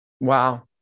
Wow